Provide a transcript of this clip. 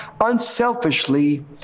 unselfishly